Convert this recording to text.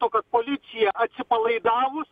to kad policija atsipalaidavus